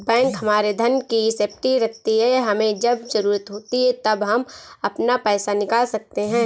bank हमारे धन की सेफ्टी रखती है हमे जब जरूरत होती है तब हम अपना पैसे निकल सकते है